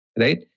Right